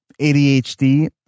ADHD